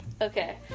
Okay